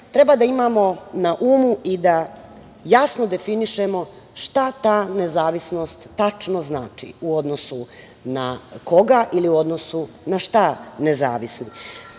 treba da imamo na umu i da jasno definišemo šta ta nezavisnost tačno znači, u odnosu na koga ili u odnosu na šta nezavisni.